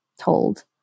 told